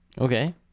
Okay